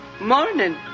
Morning